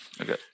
Okay